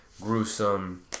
gruesome